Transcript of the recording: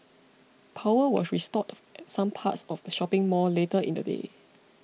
power was restored at some parts of the shopping mall later in the day